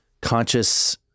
conscious